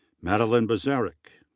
madeleine bazarek.